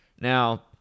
now